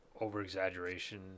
over-exaggeration